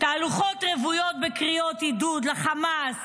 תהלוכות רוויות בקריאות עידוד לחמאס,